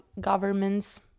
governments